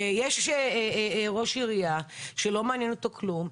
ויש ראש עירייה שלא מעניין אותו כלום,